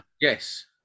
Yes